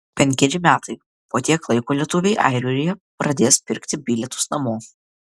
penkeri metai po tiek laiko lietuviai airijoje pradės pirkti bilietus namo